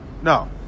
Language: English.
No